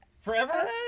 Forever